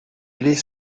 aller